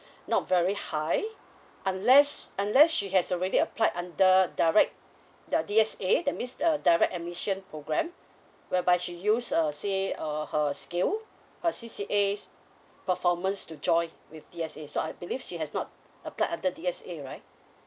not very high unless unless she has already applied under direct the D_S_A that means uh direct admission program whereby she uses uh say uh her skill her C_C_A performance to join with D_S_A so I believe she has not applied under D_S_A right